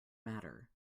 matter